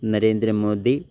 Narendra Modi